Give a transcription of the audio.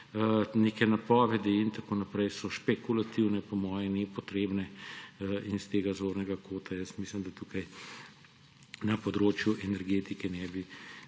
Neke napovedi in tako naprej so špekulativne, po moje nepotrebne in s tega zornega kota mislim, da na področju elektrike ne bi